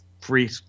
free